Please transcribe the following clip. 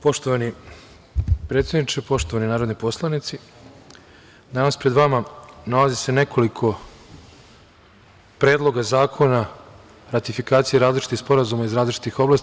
Poštovani predsedniče, poštovani narodni poslanici, danas se pred vama nalazi nekoliko predloga zakona ratifikacije različitih sporazuma iz različitih oblasti.